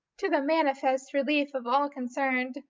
to the manifest relief of all concerned,